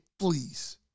Please